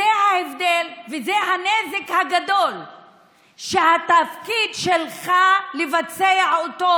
זה ההבדל וזה הנזק הגדול שהתפקיד שלך לבצע אותו,